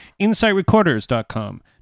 InsightRecorders.com